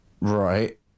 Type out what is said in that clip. Right